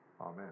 Amen